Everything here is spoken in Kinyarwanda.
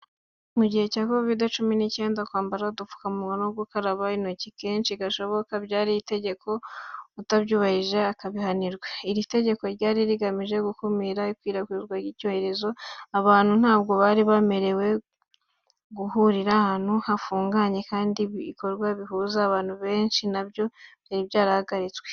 Mu gihe cya kovidi cumi n'icyenda, kwambara agapfukamunwa no gukaraba intoki kenshi gashoboka byari itegeko kandi utabyubahirije akabihanirwa. Iri tegeko ryari rigamije gukumira ikwirakwizwa ry'icyorezo. Abantu ntabwo bari bemerewe guhurira ahantu hafunganye kandi ibikorwa bihuza abantu benshi na byo byarahagaritswe.